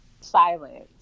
silence